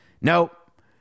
Nope